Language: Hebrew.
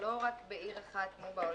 ולא רק בעיר אחת כמו בעולם.